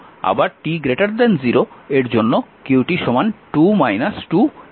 আবার t 0 এর জন্য q 2 2e 100t